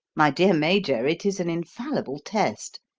my dear major, it is an infallible test.